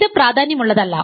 ഇത് പ്രാധാന്യമുള്ളതല്ല